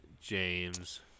James